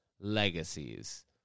legacies